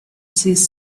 these